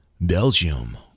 Belgium